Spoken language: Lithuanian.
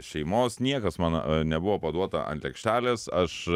šeimos niekas man nebuvo paduota ant lėkštelės aš